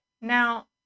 Now